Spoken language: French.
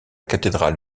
cathédrale